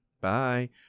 bye